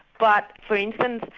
but for instance,